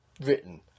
written